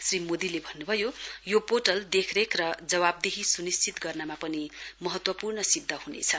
श्री मोदीले भन्नुभयो यो पोर्टल देखरेख र जवाबदेही सुनिश्चित गर्नमा पनि महत्तवपूर्ण सिद्ध हुनेछ